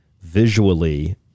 visually